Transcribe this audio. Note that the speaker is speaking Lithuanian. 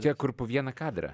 čia kur po vieną kadrą